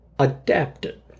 Adapted